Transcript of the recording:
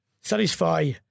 satisfy